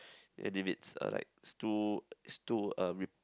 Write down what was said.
and if it's uh like it's too it's too uh rep~